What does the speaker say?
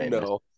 No